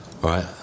right